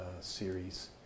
series